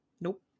Nope